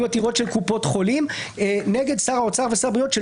עתירות של קופות חולים נגד שר האוצר ושר הבריאות,